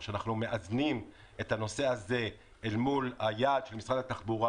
כדי לאזן את הנושא הזה אל מול היעד של משרד התחבורה